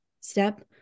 step